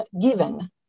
given